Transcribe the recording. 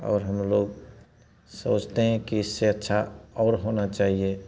और हम लोग सोचते हैं कि इससे अच्छा और होना चाहिए